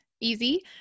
easy